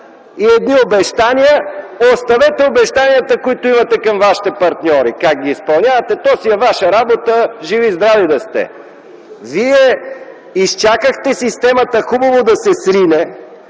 и едни обещания. Оставете обещанията, които имате към вашите партньори – как ги изпълнявате, то си е ваша работа, живи и здрави да сте! Вие изчакахте системата хубаво да се срине,